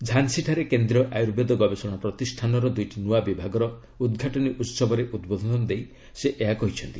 ଝାନ୍ସୀଠାରେ କେନ୍ଦ୍ରୀୟ ଆୟୁର୍ବେଦ ଗବେଷଣା ପ୍ରତିଷ୍ଠାନର ଦୁଇଟି ନୂଆ ବିଭାଗର ଉଦ୍ଘାଟନୀ ଉତ୍ବରେ ଉଦ୍ବୋଧନ ଦେଇ ସେ ଏହା କହିଛନ୍ତି